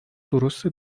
درسته